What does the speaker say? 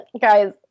Guys